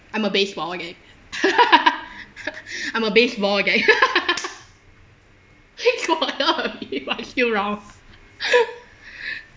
I am a baseball okay I'm a baseball okay small but still round